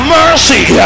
mercy